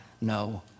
no